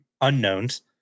unknowns